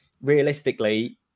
realistically